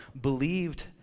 believed